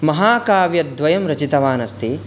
महाकाव्यद्वयं रचितवान् अस्ति